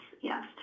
yes